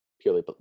purely